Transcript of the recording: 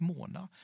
Mona